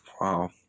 Wow